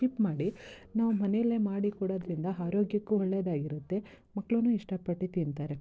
skip ಮಾಡಿ ನಾವು ಮನೆಯಲ್ಲೇ ಮಾಡಿಕೊಡೋದರಿಂದ ಆರೋಗ್ಯಕ್ಕೂ ಒಳ್ಳೆಯದಾಗಿರುತ್ತೆ ಮಕ್ಳೂ ಇಷ್ಟಪಟ್ಟು ತಿಂತಾರೆ